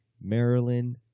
Maryland